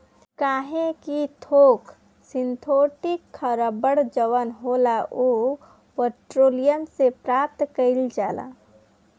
काहे कि थोक सिंथेटिक रबड़ जवन होला उ पेट्रोलियम से प्राप्त कईल जाला